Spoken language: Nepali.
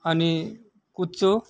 अनि कुच्चो